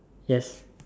yes